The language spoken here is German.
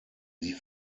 sie